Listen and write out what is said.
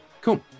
Cool